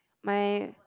my